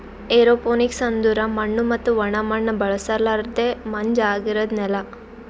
aeroponics ಅಂದುರ್ ಮಣ್ಣು ಮತ್ತ ಒಣ ಮಣ್ಣ ಬಳುಸಲರ್ದೆ ಮಂಜ ಆಗಿರದ್ ನೆಲ